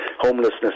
homelessness